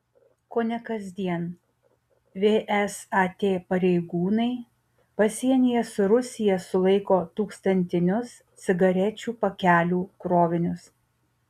kone kasdien vsat pareigūnai pasienyje su rusija sulaiko tūkstantinius cigarečių pakelių krovinius